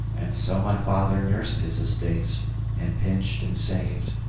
and so my father nursed his estates and pinched and saved,